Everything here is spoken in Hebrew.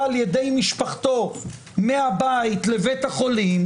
על ידי משפחתו מהבית לבית החולים,